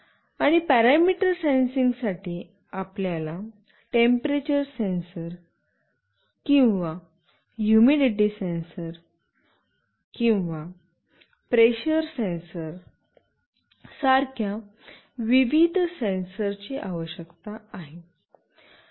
आणि पॅरामीटर सेन्सिंगसाठी आपल्याला टेम्पेरचर सेन्सर किंवा हुमिडिटी सेन्सर किंवा प्रेशर सेन्सर सारख्या विविध सेन्सर ची आवश्यकता आहे